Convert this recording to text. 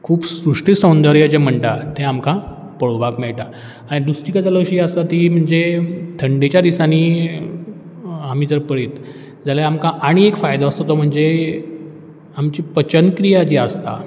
खूब श्रृश्टी सौंदर्य जें म्हणटा तें आमकां पळोवपाक मेळटा आनी दुसरी गजाल अशी आसा ती म्हणजे थंडेच्या दिसांनी आमी जर पळयत जाल्यार आमकां आनीक एक फायदो आसा तो म्हणजे आमची पचनक्रिया जी आसता